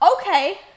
Okay